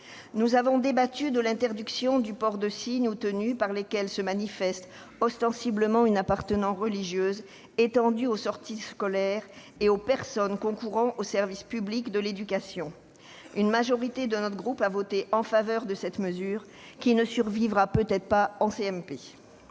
Nous avons débattu de l'interdiction du port de signes, ou tenues, par lesquels se manifeste ostensiblement une appartenance religieuse, étendue aux sorties scolaires et aux personnes concourant au service public de l'éducation. Une majorité de notre groupe a voté en faveur de cette mesure, qui ne survivra peut-être pas en